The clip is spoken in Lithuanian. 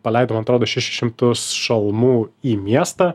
paleido man atrodo šešis šimtus šalmų į miestą